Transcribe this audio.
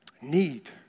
need